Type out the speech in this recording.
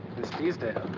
miss teasdale.